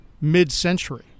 mid-century